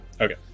Okay